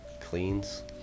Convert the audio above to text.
cleans